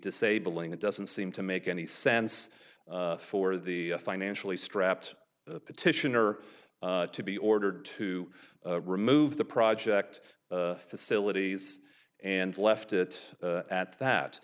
disabling it doesn't seem to make any sense for the financially strapped petitioner to be ordered to remove the project facilities and left it at that